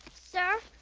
sir,